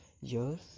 years